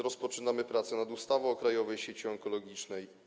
Rozpoczynamy prace nad ustawą o Krajowej Sieci Onkologicznej.